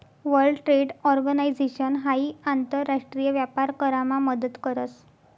world Trade Organization हाई आंतर राष्ट्रीय व्यापार करामा मदत करस